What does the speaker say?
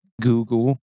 Google